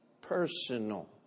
personal